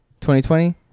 2020